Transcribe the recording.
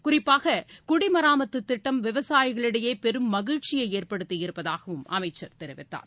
குறிப்பாகுடிமராமத்துதிட்டம் விவசாயிகளிடையேபெரும் மகிழ்ச்சியைஏற்படுத்தியிருப்பதாகவும் அமைச்சர் கூறினார்